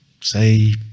say